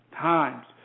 times